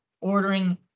ordering